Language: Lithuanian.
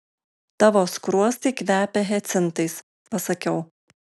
tavo skruostai kvepia hiacintais pasakiau